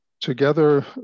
together